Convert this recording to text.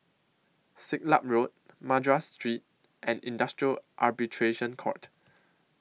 Siglap Road Madras Street and Industrial Arbitration Court